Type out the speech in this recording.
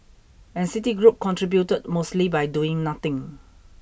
and Citigroup contributed mostly by doing nothing